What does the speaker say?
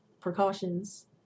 precautions